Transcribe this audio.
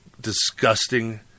disgusting